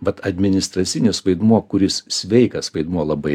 vat administracinis vaidmuo kuris sveikas vaidmuo labai